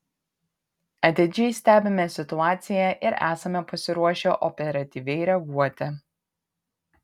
atidžiai stebime situaciją ir esame pasiruošę operatyviai reaguoti